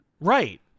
Right